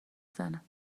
زنم